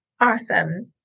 Awesome